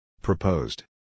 Proposed